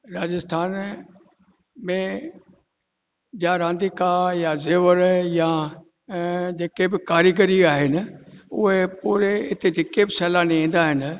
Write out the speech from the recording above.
राजस्थान में या रांदीका या ज़ेवर या ऐं जेके बि कारीग़री आहिनि उहे पूरे हिते जेके बि सेलानी ईंदा आहिनि